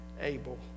Abel